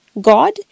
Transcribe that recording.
god